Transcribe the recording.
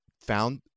found